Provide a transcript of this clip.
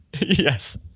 Yes